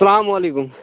اسلام علیکُم